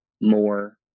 more